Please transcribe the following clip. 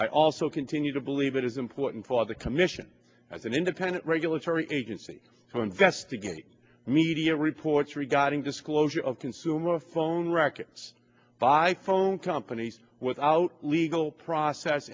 also continue to believe it is important for the commission as an independent regulatory agency for investigate media reports regarding disclosure of consumer phone records by phone companies without legal process